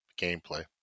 gameplay